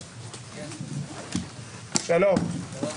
אדוני, שלום.